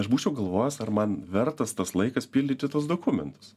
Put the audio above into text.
aš būčiau galvojęs ar man vertas tas laikas pildyti tuos dokumentus